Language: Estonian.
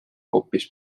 hoopis